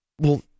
Well